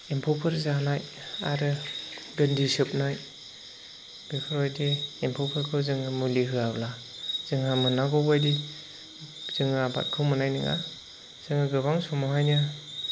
एम्फौफोर जानाय आरो गोन्दि सोबनाय बेफोरबायदि एम्फौफोरखौ जोङो मुलि होआब्ला जोंहा मोननांगौ बायदि जोङो आबादखौ मोननाय नङा जोङो गोबां समावहायनो